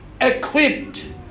equipped